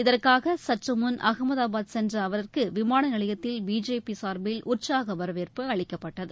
இதற்காக சற்றுமுன் அகமதாபாத் சென்ற அவருக்கு விமான நிலையத்தில் பிஜேபி சார்பில் உற்சாக வரவேற்பு அளிக்கப்பட்டது